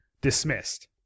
dismissed